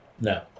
No